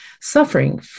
suffering